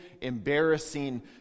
embarrassing